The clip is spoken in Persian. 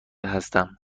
هستم